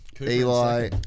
Eli